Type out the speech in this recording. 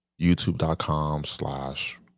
YouTube.com/slash